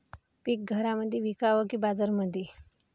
पीक घरामंदी विकावं की बाजारामंदी?